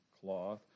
cloth